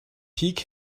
pik